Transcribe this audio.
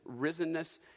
risenness